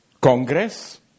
Congress